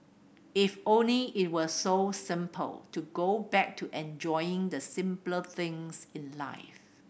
if only it were so simple to go back to enjoying the simpler things in life